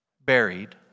buried